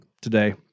today